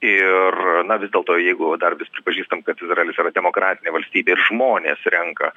ir na vis dėlto jeigu dar vis pripažįstam kad izraelis yra demokratinė valstybė ir žmonės renka